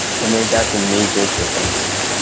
for me, that's a major difference.